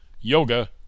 yoga